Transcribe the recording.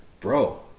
Bro